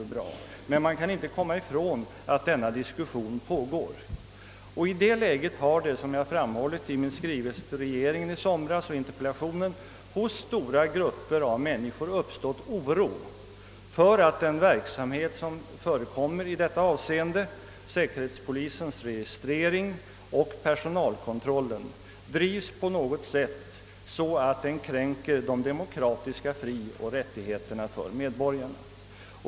Man kan emellertid inte komma ifrån att denna diskussion pågår, och i detta läge har det, som jag framhållit i min skrivelse till regeringen i somras och i interpellationen, hos stora grupper av människor uppstått oro för att säkerhetspolisens registrering och personalkontroHen bedrivs så, att den kränker de demokratiska frioch rättigheterna.